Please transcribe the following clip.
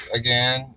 again